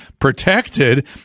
protected